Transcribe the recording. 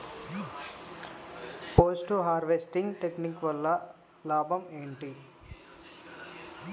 Post harvesting technique వల్ల లాభం ఏంటి?